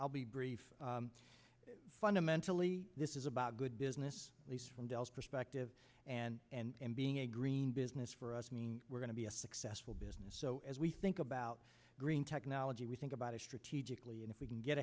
i'll be brief fundamentally this is about good business these from dell's perspective and being a green business for us mean we're going to be a successful business so as we think about green technology we think about it strategically and if we can get